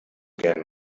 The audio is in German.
gern